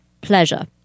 Pleasure